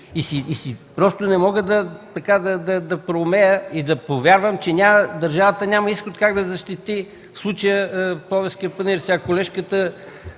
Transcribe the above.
Не съм юрист, но не мога да проумея и да повярвам, че държавата няма изход как да защити в случая Пловдивския панаир.